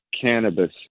cannabis